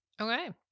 Okay